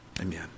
Amen